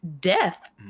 death